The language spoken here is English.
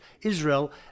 Israel